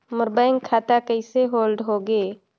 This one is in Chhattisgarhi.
मोर बैंक खाता कइसे होल्ड होगे?